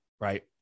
right